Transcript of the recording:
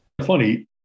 funny